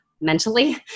mentally